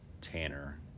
Tanner